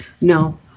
No